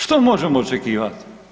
Što možemo očekivat?